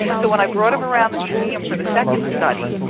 so when i brought them around the museum for the second study,